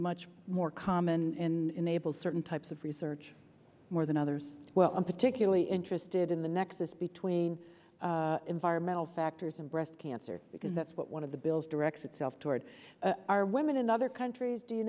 much more common in able certain types of research more than others well i'm particularly interested in the neck this between environmental factors and breast cancer because that's what one of the bills direct itself toward are women in other countries do you